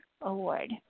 award